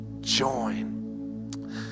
join